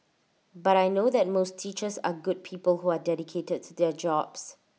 but I know that most teachers are good people who are dedicated to their jobs